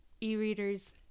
e-readers